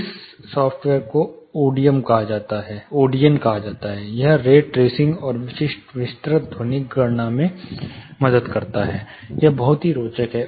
इस सॉफ्टवेयर को ओडियन कहा जाता है यह रेट रेसिंग और विशिष्ट विस्तृत ध्वनिक गणना में मदद करता है एक बहुत ही रोचक है